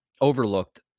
overlooked